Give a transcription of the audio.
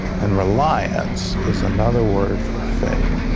and reliance is another word for faith.